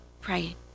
praying